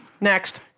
Next